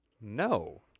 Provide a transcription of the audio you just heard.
No